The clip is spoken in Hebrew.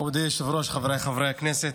מכובדי היושב-ראש, חבריי חברי הכנסת,